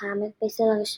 אך האמיר פייסל הראשון,